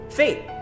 faith